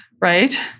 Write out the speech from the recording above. right